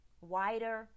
wider